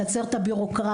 לקצר את הבירוקרטיה,